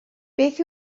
beth